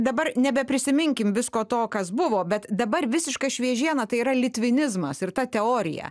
dabar nebeprisiminkim visko to kas buvo bet dabar visiška šviežiena tai yra litvinizmas ir ta teorija